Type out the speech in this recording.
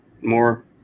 more